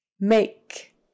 make